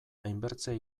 hainbertze